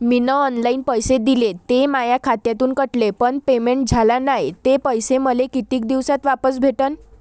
मीन online पैसे दिले, ते माया खात्यातून कटले, पण पेमेंट झाल नायं, ते पैसे मले कितीक दिवसात वापस भेटन?